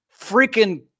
freaking